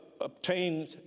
obtained